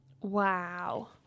Wow